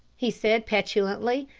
he said petulantly.